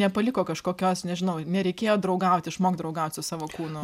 nepaliko kažkokios nežinau nereikėjo draugauti išmokt draugaut su savo kūnu